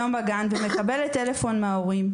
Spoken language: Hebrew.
מקבלת טלפון מאחד ההורים,